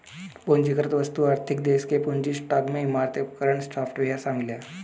पूंजीगत वस्तुओं आर्थिक देश के पूंजी स्टॉक में इमारतें उपकरण सॉफ्टवेयर शामिल हैं